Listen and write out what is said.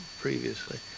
previously